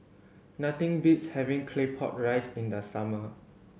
nothing beats having Claypot Rice in the summer